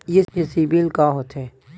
ये सीबिल का होथे?